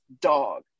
dog